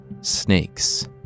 snakes